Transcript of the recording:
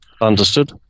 Understood